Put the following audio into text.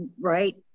right